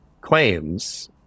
claims